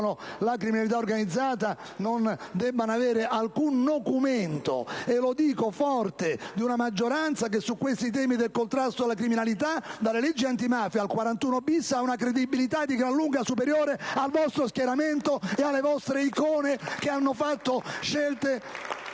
la criminalità organizzata non ricevono alcun nocumento. Lo dico forte di una maggioranza che su questi temi del contrasto alla criminalità - dalle leggi antimafia al 41-*bis* - ha una credibilità di gran lunga superiore a quella del vostro schieramento e delle vostre icone, che hanno fatto delle